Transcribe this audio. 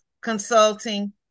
Consulting